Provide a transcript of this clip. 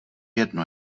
jedno